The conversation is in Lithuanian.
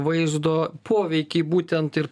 vaizdo poveikį būtent ir